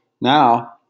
Now